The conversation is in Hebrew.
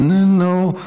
איננו,